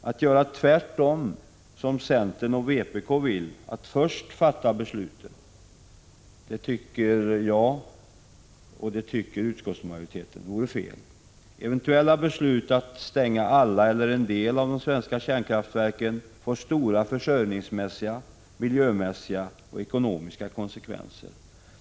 Att göra tvärtom, som centern och vpk vill, att först fatta beslut, tycker jag — och det tycker utskottsmajoriteten — vore fel. Eventuella beslut att stänga alla eller en del av de svenska kärnkraftverken får stora försörjningsmässiga, miljömässiga och ekonomiska konsekvenser.